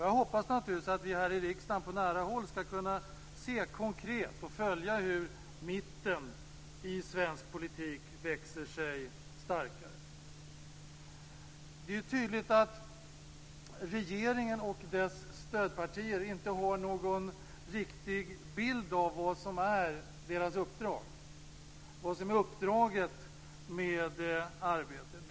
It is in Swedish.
Jag hoppas naturligtvis att vi här i riksdagen på nära håll skall kunna följa och konkret se hur mitten i svensk politik växer sig starkare. Det är tydligt att regeringen och dess stödpartier inte har någon riktig bild av vad uppdraget i deras arbete är.